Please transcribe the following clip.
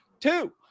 two